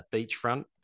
Beachfront